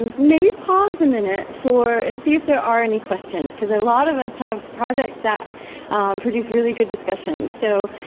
and maybe pause a minute for and see if there are any questions. because a lot of us have projects that produce really good discussion. so,